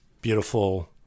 beautiful